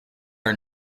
are